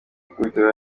ikubitiro